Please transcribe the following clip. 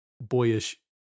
boyish